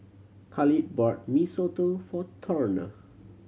Khalid bought Mee Soto for Turner